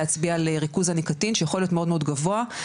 להצביע לריכוז הניקוטין שיכול להיות מאוד מאוד גבוה.